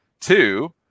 two